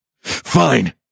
Fine